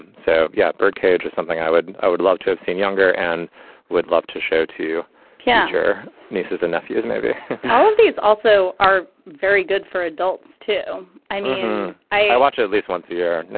and so yeah. bird cage is something i would i would love to have seen younger and would love to show to catch her nieces and nephews maybe all of these also are very good for adults too i mean i watched at least once a year.